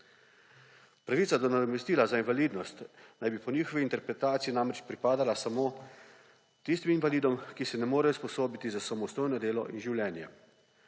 Pravica do nadomestila za invalidnost naj bi po njihovi interpretaciji namreč pripadala samo tistim invalidom, ki se ne morejo usposobiti za samostojno delo in življenje.